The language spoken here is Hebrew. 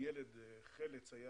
אגב, יש